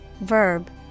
verb